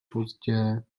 pozdě